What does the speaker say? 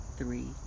three